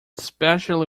especially